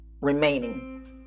remaining